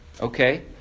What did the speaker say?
okay